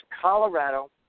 Colorado